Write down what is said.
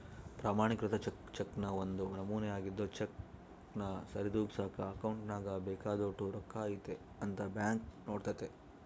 ಪ್ರಮಾಣಿಕೃತ ಚೆಕ್ ಚೆಕ್ನ ಒಂದು ನಮೂನೆ ಆಗಿದ್ದು ಚೆಕ್ನ ಸರಿದೂಗ್ಸಕ ಅಕೌಂಟ್ನಾಗ ಬೇಕಾದೋಟು ರೊಕ್ಕ ಐತೆ ಅಂತ ಬ್ಯಾಂಕ್ ನೋಡ್ತತೆ